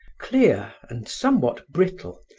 clear and somewhat brittle,